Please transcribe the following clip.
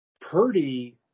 Purdy